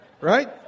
Right